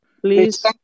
Please